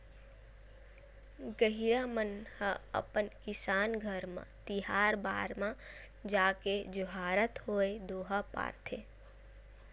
गहिरा मन ह अपन किसान मन घर तिहार बार म जाके जोहारत होय दोहा पारथे